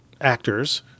actors